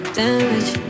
damage